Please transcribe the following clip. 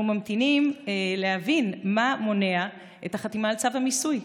אנחנו ממתינים להבין מה מונע את החתימה על צו המיסוי?